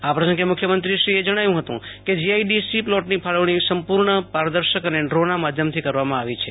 આ પ્રસંગે મુખ્યમંત્રી મુખ્યમંત્રી શ્રી રૂપાણીએ જણાવ્યું હતું કે જીઆઈડીસી પ્લોટની ફાળવણી સંપૂર્ણ પારદર્શક અને ડ્રો ના માધ્યમથી કરવામાં આવી છે